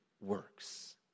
works